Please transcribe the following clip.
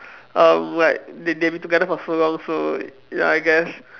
um like they've been together for so long so ya I guess